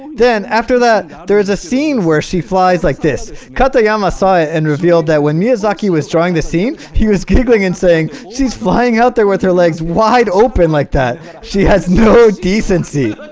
then after that there is a scene where she flies like this cut the gamma saw and revealed that when miyazaki was drawing the scene he was giggling and saying she's flying out there with her legs wide open like that she has no decency